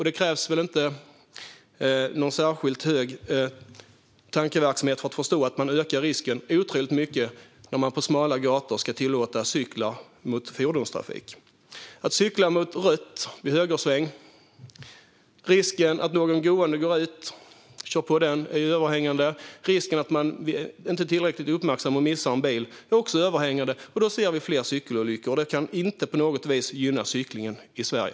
Det krävs väl inte särskilt mycket tankeverksamhet för att förstå att man skulle öka risken otroligt mycket om man skulle tillåta cyklar att färdas mot fordonstrafik på smala gator. Apropå förslaget att låta cyklister cykla mot rött vid högersväng är risken att någon gående går ut och blir påkörd överhängande. Risken att man inte är tillräckligt uppmärksam och missar en bil är också överhängande. Då kommer vi att få se fler cykelolyckor, och det kan inte på något vis gynna cyklingen i Sverige.